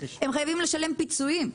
הם חייבים לשלם פיצויים.